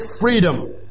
freedom